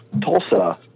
Tulsa